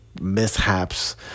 mishaps